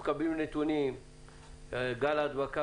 אנחנו מקבלים נתונים על גל ההדבקה